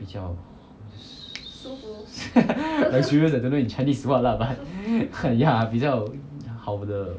比较 ss~ I'm serious leh I don't know in chinese is what lah but ya 比较好的